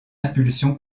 impulsion